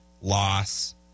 loss